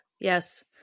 yes